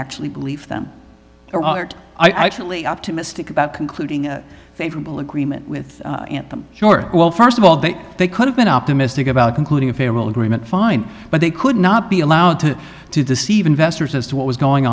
actually believe them i actually optimistic about concluding a favorable agreement with them well first of all that they could have been optimistic about concluding a farewell agreement fine but they could not be allowed to to deceive investors as to what was going